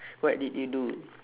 what did you do